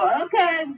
Okay